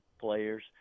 players